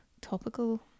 topical